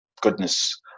goodness